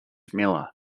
miller